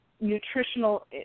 nutritional